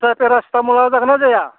आथसा फेरासथामुलआ जागोन ना जाया